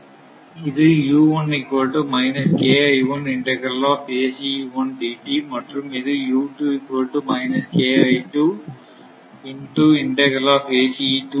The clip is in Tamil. இது மற்றும் இது